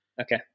Okay